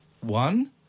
One